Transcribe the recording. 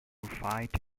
fight